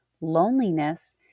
Loneliness